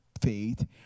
faith